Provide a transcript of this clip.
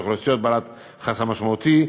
אוכלוסיות בעלות חסם משמעותי,